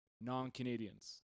non-Canadians